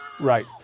Right